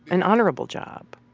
an honorable job.